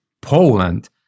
Poland